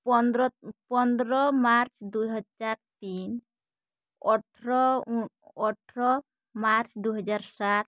ପନ୍ଦର ପନ୍ଦର ମାର୍ଚ୍ଚ ଦୁଇ ହଜାର ତିନ ଅଠର ଅଠର ମାର୍ଚ୍ଚ ଦୁଇ ହଜାର ସାତ